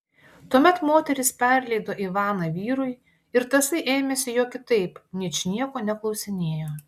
tuomet moteris perleido ivaną vyrui ir tasai ėmėsi jo kitaip ničnieko neklausinėjo